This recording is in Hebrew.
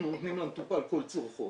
אנחנו נותנים למטופל כל צורכו,